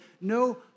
no